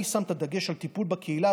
אני שם את הדגש על טיפול בקהילה,